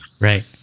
Right